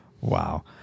Wow